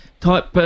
type